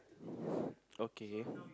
okay